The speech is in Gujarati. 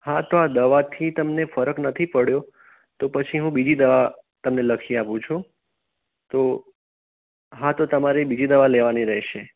હા તો આ દવાથી તમને ફરક નથી પડ્યો તો પછી બીજી દવા હું તમને લખી આપું છું તો હા તો તમારે બીજી દવા લેવાની રહેશે